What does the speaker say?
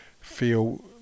feel